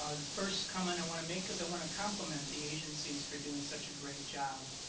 ah the first comment i want to make is i want to compliment the agencies for doing such a great job